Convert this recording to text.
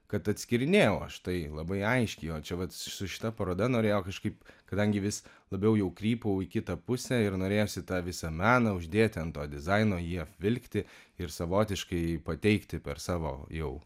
kad atskyrinėjau aš tai labai aiškiai o čia vat su šita paroda norėjau kažkaip kadangi vis labiau jau krypau į kitą pusę ir norėjosi tą visą meną uždėti ant to dizaino jį apvilkti ir savotiškai pateikti per savo jau